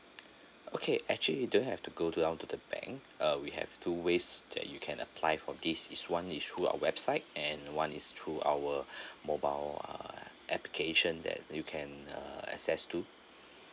okay actually you don't have to go down to the bank uh we have two ways that you can apply for this is one is through our website and one is through our mobile uh application that you can uh access to